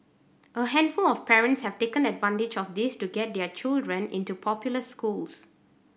a handful of parents have taken advantage of this to get their children into popular schools